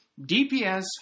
DPS